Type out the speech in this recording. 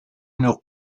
noch